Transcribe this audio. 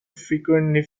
frequently